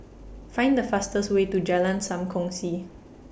Find The fastest Way to Jalan SAM Kongsi